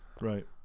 Right